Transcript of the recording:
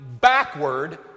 backward